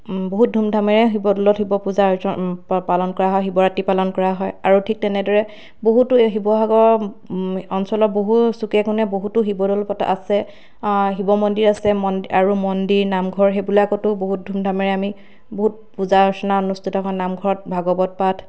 বহুত ধুমধামেৰে শিৱদ'লত শিৱপূজা পালন কৰা হয় শিৱৰাত্ৰী পালন কৰা হয় আৰু ঠিক তেনেদৰে বহুতো শিৱসাগৰৰ অঞ্চলৰ বহু চুকে কোণে বহুতো শিৱদ'ল আছে শিৱমন্দিৰ আছে আৰু মন্দিৰ নামঘৰ সেইবিলাকতো বহুত ধুমধামেৰে আমি বহুত পূজা অৰ্চনা অনুষ্ঠিত হয় নামঘৰত ভাগৱত পাঠ